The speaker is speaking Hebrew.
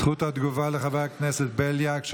זכות התגובה לחבר הכנסת בליאק.